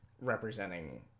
representing